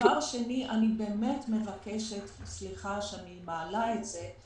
אני מבקשת סליחה שאני מעלה את זה,